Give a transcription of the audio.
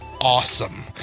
awesome